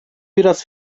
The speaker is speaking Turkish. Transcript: biraz